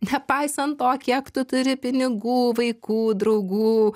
nepaisant to kiek tu turi pinigų vaikų draugų